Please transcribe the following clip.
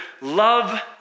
love